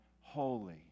holy